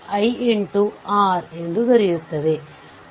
terminal 1ಮತ್ತು 2 ರಲ್ಲಿನ ಈ ವೋಲ್ಟೇಜ್ ಫಿಗರ್ 4